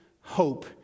hope